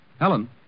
Helen